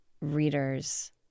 readers